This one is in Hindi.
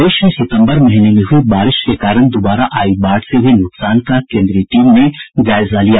प्रदेश में सितम्बर महीने में हुई बारिश के कारण दुबारा आयी बाढ़ से हुए नुकसान का कोन्द्रीय टीम ने जायजा लिया